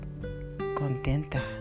Contenta